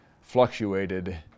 fluctuated